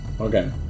okay